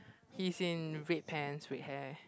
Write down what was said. he's in red pants red hair